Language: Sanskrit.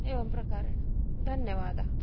एवं प्रकारेण धन्यवादः